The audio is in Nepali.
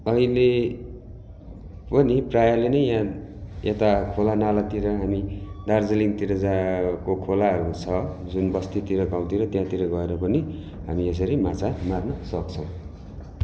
अहिले पनि प्रायःले नै यहाँ यता खोला नालातिर हामी दार्जिलिङतिर जहाँको खोलाहरू छ जुन बस्तीतिर गाउँतिर त्यहाँतिर गएर पनि हामी यसरी माछा मार्न सक्छौँ